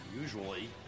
Usually